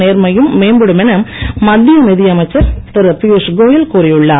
நேர்மையும் மேம்படும் என மத்திய நிதியமைச்சர் திருபியூஷ்கோயல் கூறியுள்ளார்